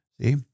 See